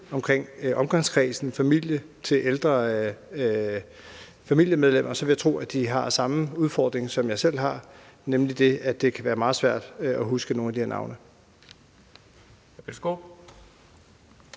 ældres omgangskreds og deres familie vil jeg tro, at de har samme udfordring, som jeg selv har, nemlig den, at det kan være meget svært at huske nogle af de her navne.